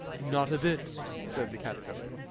not a bit, said the caterpillar.